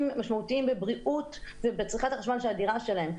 משמעותיים בבריאות ובצריכת החשמל של הדירה שלהם.